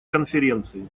конференции